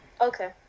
Okay